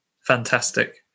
fantastic